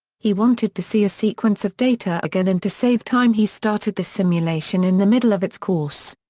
he wanted to see a sequence of data again and to save time he started the simulation in the middle of its course.